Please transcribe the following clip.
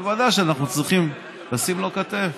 לא עלינו, בוודאי שאנחנו צריכים לתת לו כתף.